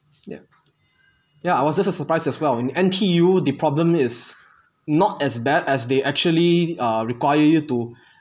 yup yeah I was just surprised as well in N_T_U the problem is not as bad as they actually uh require you to